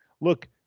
Look